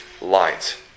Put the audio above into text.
light